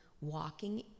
walking